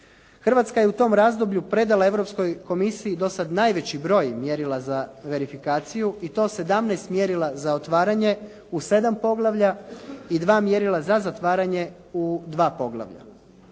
Hrvatska je u tom razdoblju predala Europskoj komisiji do sad najveći broj mjerila za verifikaciju i to 17 mjerila za otvaranje u 7 poglavlja i 2 mjerila za zatvaranje u 2 poglavlja.